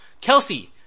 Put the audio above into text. Kelsey